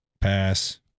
pass